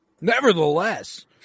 Nevertheless